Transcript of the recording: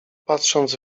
patrząc